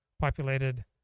populated